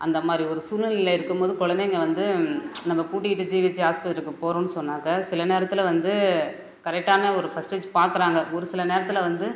அந்த மாதிரி ஒரு சூழ்நிலையில் இருக்கும்போது குழந்தைங்க வந்து நம்ம கூட்டிகிட்டு ஜிஹெச் ஹாஸ்பித்திரிக்கு போகிறோன்னு சொன்னாக்க சில நேரத்தில் வந்து கரெக்டான ஒரு ஃபஸ்ட் டேஜி பார்க்கறாங்க ஒரு சில நேரத்தில் வந்து